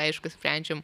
aišku sprendžiam